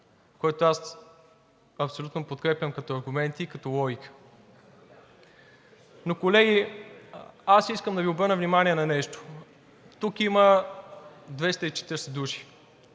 който абсолютно подкрепям като аргументи и като логика. Но, колеги, искам да Ви обърна внимание на нещо. Тук има 240 души.